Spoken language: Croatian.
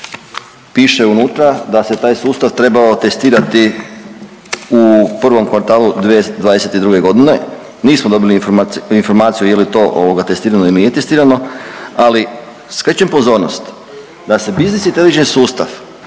Piše unutra da se taj sustav trebao testirati u prvom kvartalu 2022. godine. Nismo dobili informaciju je li to testirano ili nije testirano. Ali skrećem pozornost da se biznis inteligent sustav